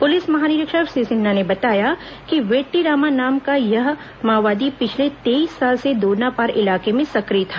police महानिरीक्षक श्री सिन्हा ने बताया कि वेट्टी रामा नाम का यह माओवादी पिछले तेईस साल से दोरनापाल इलाके में सक्रिय था